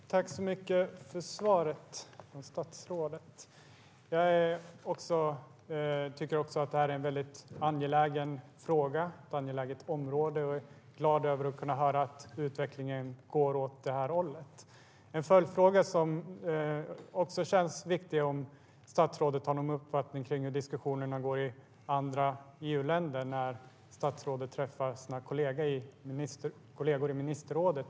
Herr talman! Tack så mycket för svaret från statsrådet! Jag tycker också att det är en väldigt angelägen fråga och ett angeläget område och är glad över att höra att utvecklingen går åt det här hållet. En följdfråga som känns viktig är om statsrådet har någon uppfattning om hur diskussionerna om de här frågorna går i andra EU-länder när statsrådet träffar sina kollegor i ministerrådet.